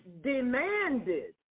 demanded